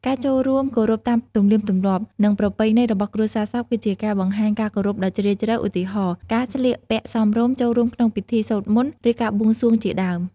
ការចូលរួមគោរពតាមទំនៀមទម្លាប់ និងប្រពៃណីរបស់គ្រួសារសព គឺជាការបង្ហាញការគោរពដ៏ជ្រាលជ្រៅ ឧទាហរណ៍ ការស្លៀកពាក់សមរម្យ ចូលរួមក្នុងពិធីសូត្រមន្ត ឬការបួងសួងជាដើម។